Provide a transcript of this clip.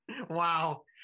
Wow